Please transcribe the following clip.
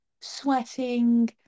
sweating